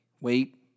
Wait